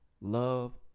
Love